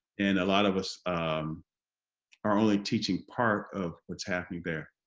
and a lot of us are only teaching part of what's happening there,